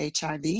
HIV